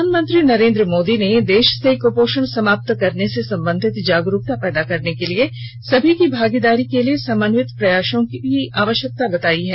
प्रधानमंत्री नरेन्द्र मोदी ने देश से कुपोषण समाप्त करने से संबंधित जागरूकता पैदा करने के लिए सभी की भागीदारी के लिए समन्वित प्रयासों की आवश्यकता बताई है